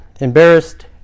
Embarrassed